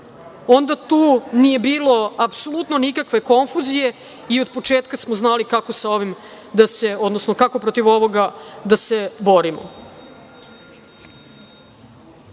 onda tu nije bilo apsolutno nikakve konfuzije i od početka smo znali kako sa ovim da se,